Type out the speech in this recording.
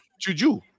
Juju